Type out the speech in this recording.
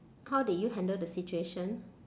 how did you handle the situation